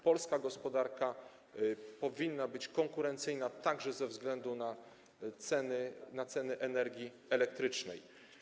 Polska gospodarka powinna być konkurencyjna także ze względu na ceny energii elektrycznej.